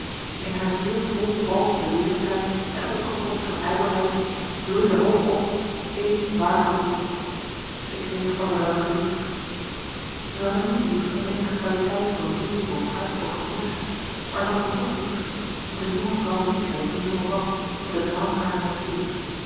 in hare ziel vol valschen weêrschijn en opgepropt van ijdelheid bloeide hoog op éen waar gevoel zij kreeg van der welcke lief zij had hem niet lief om eenige kwaliteit louis couperus de boeken der kleine zielen van ziel of hart of gemoed maar zij had hem toch lief als een jonge vrouw lief heeft een jongen man met den drang harer natuur